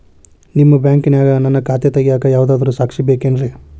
ನಿಮ್ಮ ಬ್ಯಾಂಕಿನ್ಯಾಗ ನನ್ನ ಖಾತೆ ತೆಗೆಯಾಕ್ ಯಾರಾದ್ರೂ ಸಾಕ್ಷಿ ಬೇಕೇನ್ರಿ?